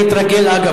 צריך להתרגל, אגב.